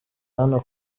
hano